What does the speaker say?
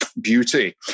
beauty